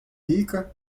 rica